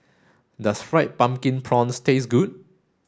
does fried pumpkin prawns taste good